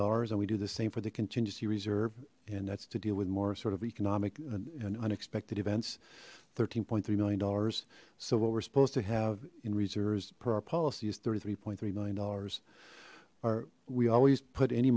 dollars and we do the same for the contingency reserve and that's to deal with more sort of economic and unexpected events thirteen point three million dollars so what we're supposed to have in reserves per our policy is thirty three point three million dollars or we always put any